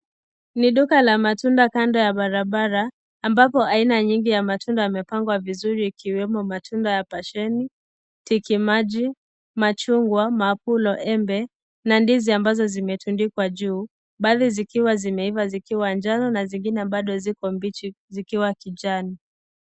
Ni duka la matunda kando ya barabara ambapo aina nyingi ya matunda yamepangwa vizuri ikiwemo matunda ya pasheni, tiki maji, machungwa mapulo ,embe na ndizi ambazo zimetundikwa juu baadhi zikiwa zimeiva zikiwa njano na zingine bado ziko mbichi zikiwa kijani.